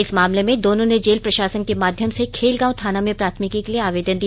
इस मामले में दोनों ने जेल प्रषासन के माध्यम से खेलगांव थाना में प्राथमिकी के लिए आवेदन दिया